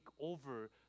over